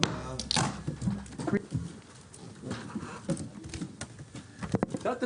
הישיבה ננעלה בשעה 14:03.